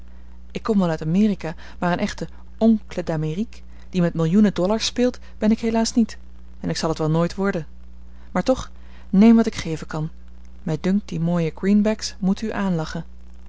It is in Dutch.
ik kom wel uit amerika maar een echte oncle d'amérique die met millioenen dollars speelt ben ik helaas niet en ik zal het wel nooit worden maar toch neem wat ik geven kan mij dunkt die mooie greenbacks moeten u aanlachen